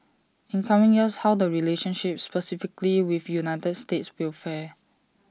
in coming years how the relationship specifically with united states will fare